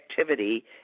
activity